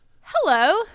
Hello